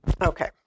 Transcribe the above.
okay